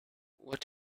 what